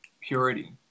purity